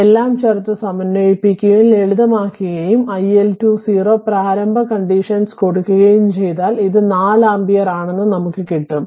എല്ലാം ചേർത്ത് സമന്വയിപ്പിക്കുകയും ലളിതമാക്കുകയും iL20 പ്രാരംഭ കണ്ടിഷൻസ് കൊടുക്കുകയും ചെയ്താൽ ഇത് 4 ആമ്പിയർ ആണെന്ന് നമുക്ക് കിട്ടും